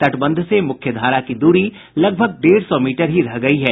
तटबंध से मुख्यधारा की दूरी लगभग डेढ़ सौ मीटर ही रह गयी है